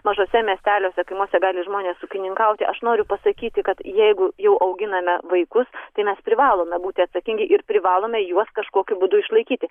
mažuose miesteliuose kaimuose gali žmonės ūkininkauti aš noriu pasakyti kad jeigu jau auginame vaikus tai mes privalome būti atsakingi ir privalome juos kažkokiu būdu išlaikyti